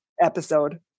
episode